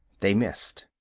they missed.